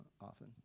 often